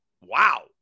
Wow